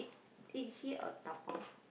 eat here or dabao